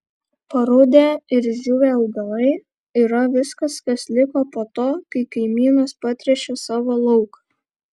parudę ir išdžiūvę augalai yra viskas kas liko po to kai kaimynas patręšė savo lauką